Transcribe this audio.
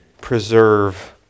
preserve